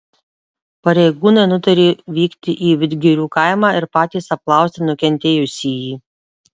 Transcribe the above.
pareigūnai nutarė vykti į vidgirių kaimą ir patys apklausti nukentėjusįjį